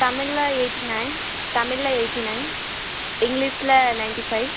தமிழில் eighty nine தமிழில் eighty nine இங்கிலீஷில் நைன்ட்டி ஃபைவ்